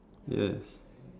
yes